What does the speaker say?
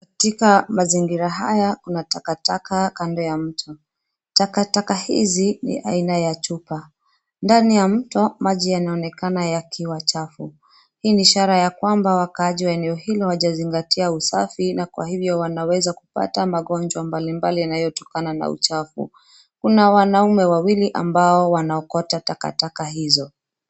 Katika mazingira haya, kuna takataka kando ya mto. Takataka hizi ni aina ya chupa. Ndani ya mto, maji yanaonekana yakiwa chafu. Hii ni ishara ya kwamba wakaaji wa eneo hilo hawaja zingatia usafi, na kwa hivyo wanaweza kupata magonjwa mbalimbali yanayotokana na uchafu. Kuna wanaume wawili ambao wanaokota takataka hizo.